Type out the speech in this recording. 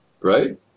right